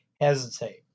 hesitate